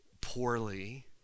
poorly